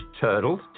turtles